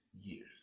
years